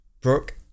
Brooke